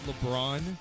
LeBron